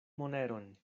moneron